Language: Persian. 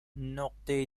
نقطه